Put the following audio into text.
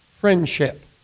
friendship